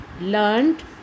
learned